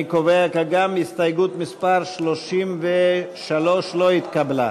אני קובע כי גם הסתייגות מס' 33 לא התקבלה.